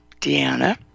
Deanna